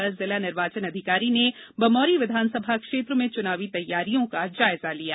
कल जिला निर्वाचन अधिकारी ने बमोरी विधानसभा क्षेत्र में चुनावी तैयारियों का जायजा लिया